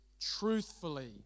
truthfully